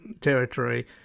territory